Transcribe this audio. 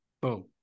boom